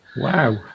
Wow